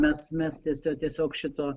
mes mes tiesio tiesiog šito